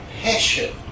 passion